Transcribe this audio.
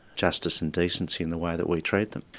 justice and decency in the way that we treat them.